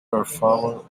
performing